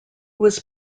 was